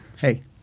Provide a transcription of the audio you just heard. hey